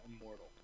immortal